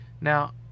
Now